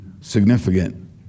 significant